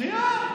שנייה.